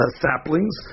saplings